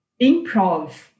improv